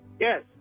Yes